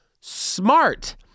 smart